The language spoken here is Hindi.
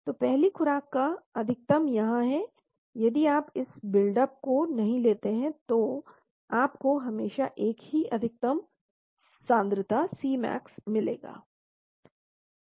तो पहली खुराक का अधिकतम यहां है यदि आप इस बिल्ड अप को नहीं लेते हैं तो आपको हमेशा एक ही अधिकतम सांद्रता C max मिलेगा